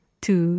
two